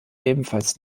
ebenfalls